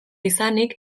izanik